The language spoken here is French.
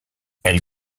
elle